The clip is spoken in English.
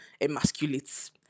emasculates